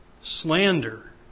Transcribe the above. slander